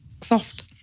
soft